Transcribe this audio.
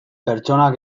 pertsonak